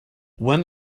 when